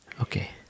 Okay